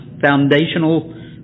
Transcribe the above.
foundational